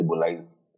stabilize